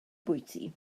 bwyty